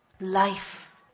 Life